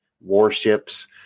warships